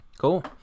cool